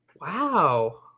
Wow